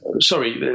sorry